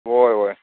हय हय